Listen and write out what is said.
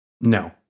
No